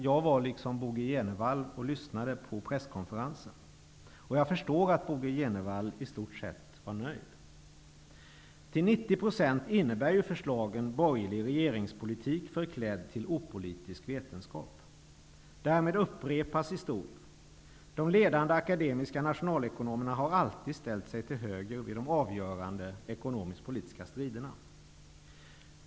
Jag, liksom Bo G Jenevall, var och lyssnade på presskonferensen. Jag förstår att Bo G Jenevall i stort sett var nöjd. Till 90 % innebär ju förslagen borgerlig regeringspolitik förklädd till opolitisk vetenskap. Därmed upprepas historien: de ledande akademiska nationalekonomerna har alltid ställt sig till höger vid de avgörande ekonomisk-politiska striderna.